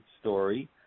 story